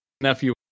nephew